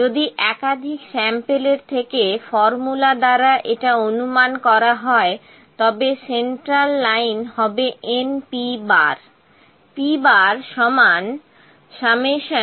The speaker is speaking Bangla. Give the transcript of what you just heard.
যদি একাধিক স্যাম্পেলের থেকে ফর্মুলা দ্বারা এটা অনুমান করা হয় তবে সেন্ট্রাল লাইন হবে np